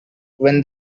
when